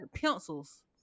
pencils